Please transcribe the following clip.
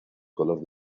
color